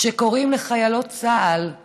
שקוראים לחיילות צה"ל "בחורילות",